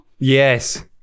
yes